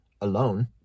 alone